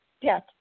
Yes